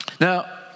Now